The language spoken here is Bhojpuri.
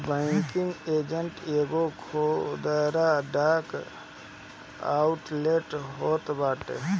बैंकिंग एजेंट एगो खुदरा डाक आउटलेट होत बाटे